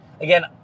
again